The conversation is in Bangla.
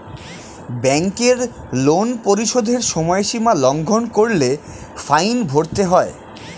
ব্যাংকের লোন পরিশোধের সময়সীমা লঙ্ঘন করলে ফাইন ভরতে হয়